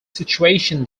situation